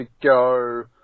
go